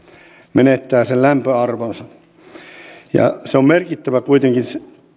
menettää sen lämpöarvonsa se on merkittävä kuitenkin